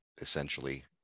essentially